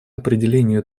определению